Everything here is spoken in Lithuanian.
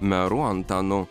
meru antanu